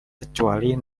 kecuali